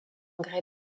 grès